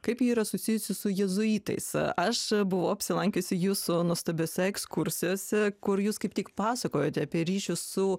kaip ji yra susijusi su jėzuitais aš buvau apsilankiusi jūsų nuostabiose ekskursijose kur jūs kaip tik pasakojote apie ryšius su